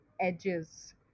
edges